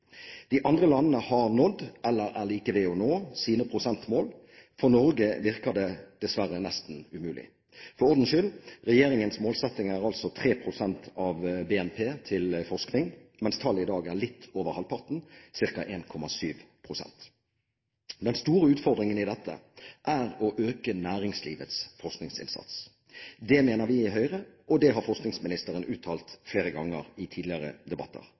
De andre landene har nådd, eller er like ved å nå, sine prosentmål – for Norge virker det dessverre nesten umulig. For ordens skyld, regjeringens målsetting er altså 3 pst. av BNP til forskning, mens tallet i dag er litt over halvparten, ca. 1,7 pst. Den store utfordringen i dette er å øke næringslivets forskningsinnsats. Det mener vi i Høyre, og det har forskningsministeren uttalt flere ganger i tidligere debatter.